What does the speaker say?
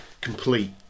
complete